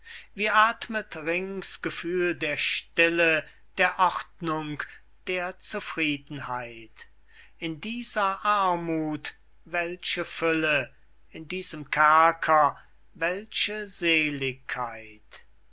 wie athmet rings gefühl der stille der ordnung der zufriedenheit in dieser armuth welche fülle in diesem kerker welche seligkeit